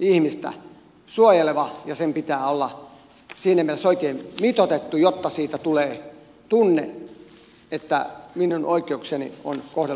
ihmistä suojeleva ja sen pitää olla siinä mielessä oikein mitoitettu jotta siitä tulee tunne että minun oikeuksiani on kohdeltu oikein